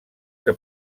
que